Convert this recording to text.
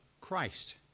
Christ